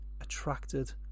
attracted